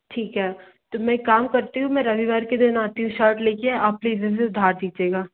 ठीक है तो मैं एक काम करती हूँ मैं रविवार के दिन आती हूँ शर्ट लेके आप प्लीज इसे सुधार दीजिएगा